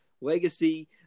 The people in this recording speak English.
legacy